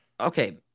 okay